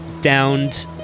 downed